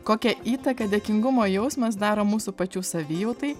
kokią įtaką dėkingumo jausmas daro mūsų pačių savijautai